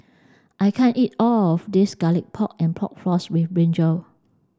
I can't eat all of this garlic pork and pork floss with